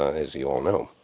as you all know.